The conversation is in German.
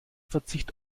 verzicht